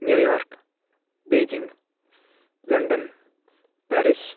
New York Beijing London Paris